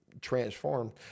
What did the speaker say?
transformed